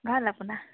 ভাল আপোনাৰ